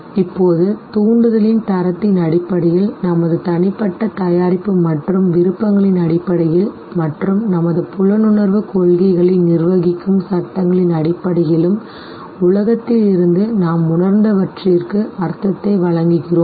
இப்போது தூண்டுதலின் தரத்தின் அடிப்படையில் நமது தனிப்பட்ட தயாரிப்பு மற்றும் விருப்பங்களின் அடிப்படையில் மற்றும் நமது புலனுணர்வு கொள்கைகளை நிர்வகிக்கும் சட்டங்களின் அடிப்படையிலும் உலகத்திலிருந்து நாம் உணர்ந்தவற்றிற்கு அர்த்தத்தை வழங்குகிறோம்